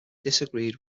disagreed